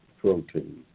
protein